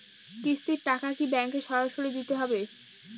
কিস্তির টাকা কি ব্যাঙ্কে সরাসরি দিতে হবে?